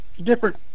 different